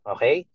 Okay